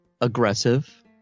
aggressive